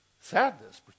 Sadness